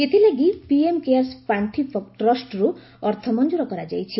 ଏଥିଲାଗି PM cares fund ଟ୍ରଷ୍ଟ୍ରୁ ଅର୍ଥ ମଂଜୁର କରାଯାଇଛି